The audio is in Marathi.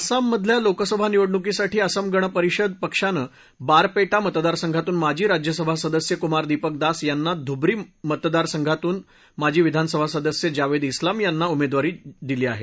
आसाममधल्या लोकसभा निवडणुकीसाठी आसाम गण परिषद पक्षानं बारपेटा मतदारसंघातून माजी राज्यसभा सदस्य कुमार दीपक दास यांना तर धुब्री मतदारसंघातून माजी विधानसभा सदस्य जावेद इस्लाम यांना उमेदवारी दिली आहे